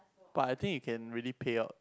but I think you can really payout